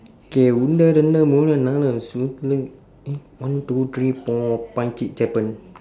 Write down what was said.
K ஒன்று இரண்டு மூன்று நான்கு:onru irandu muunru naanku eh one two three four five six seven